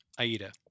Aida